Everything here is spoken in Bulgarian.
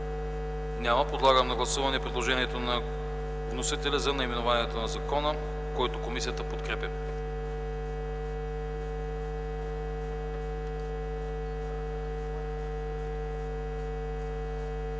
Няма. Подлагам на гласуване предложението на вносителя за наименованието на подразделението, което комисията подкрепя.